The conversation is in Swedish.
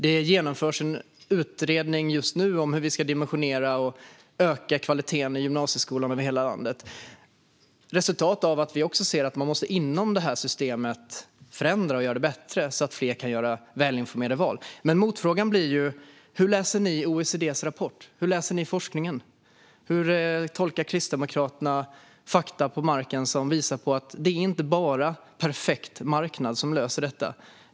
Det genomförs just nu en utredning om hur vi ska dimensionera och öka kvaliteten i gymnasieskolan över hela landet. Det är resultat av att vi ser att man måste förändra det här systemet och göra det bättre, så att fler kan göra välinformerade val. Motfrågorna blir: Hur läser ni OECD:s rapport? Hur läser ni forskningen? Hur tolkar Kristdemokraterna fakta på marken som visar att det inte bara är en perfekt marknad som löser detta?